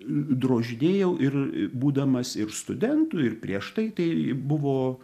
drožinėjau ir būdamas ir studentu ir prieš tai tai buvo